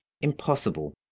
Impossible